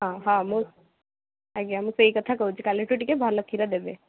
ହଁ ମୁଁ ଆଜ୍ଞା ମୁଁ ସେଇ କଥା କହୁଛି କାଲିଠୁ ଟିକେ ଭଲ କ୍ଷୀର ଦେବେ